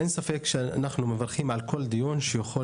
אין ספק שאנחנו מברכים על כל דיון שהוא יכול